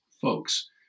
folks